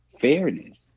fairness